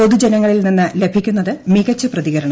പൊതുജനങ്ങളിൽ നിന്ന് ലഭിക്കുന്നത് മികച്ച പ്രതികരണം